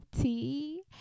Tea